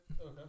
Okay